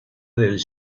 del